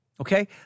Okay